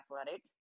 athletic